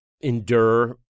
endure